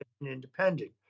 independent